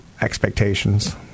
Expectations